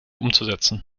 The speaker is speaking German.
umzusetzen